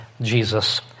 Jesus